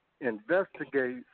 investigate